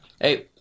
Hey